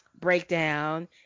breakdown